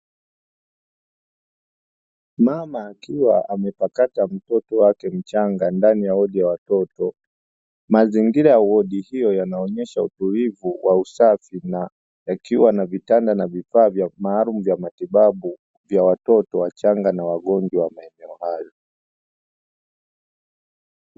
Mama akiwa amepakata mtoto wake mchanga ndani ya wodi ya watoto, mazingira ya wodi hiyo yanaonyesha utulivu wa usafi na yakiwa na vitanda na vifaa maalumu vya matibabu vya watoto wachanga na wagonjwa wa maeneo hayo.